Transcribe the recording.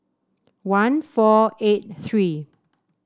one four eight three